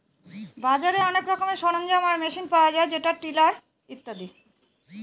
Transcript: বাজারে অনেক রকমের সরঞ্জাম আর মেশিন পায় যেমন টিলার ইত্যাদি